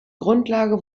grundlage